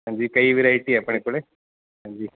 ਹਾਂਜੀ ਕਈ ਵਿਰਾਈਟੀ ਆਪਣੇ ਕੋਲੇ ਹਾਂਜੀ